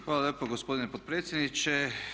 Hvala lijepo gospodine potpredsjedniče.